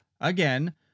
again